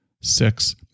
Six